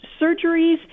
surgeries